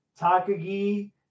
Takagi